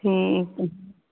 ठीक